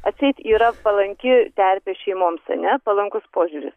atseit yra palanki terpė šeimoms ane palankus požiūris